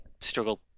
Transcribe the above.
Struggle